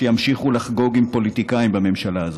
שימשיכו לחגוג עם פוליטיקאים בממשלה הזאת.